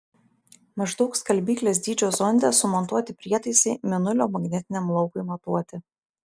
maždaug skalbyklės dydžio zonde sumontuoti prietaisai mėnulio magnetiniam laukui matuoti